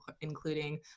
including